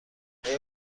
آیا